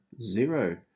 zero